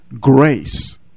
grace